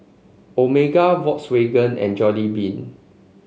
Omega Volkswagen and Jollibean